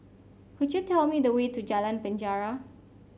could you tell me the way to Jalan Penjara